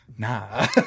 Nah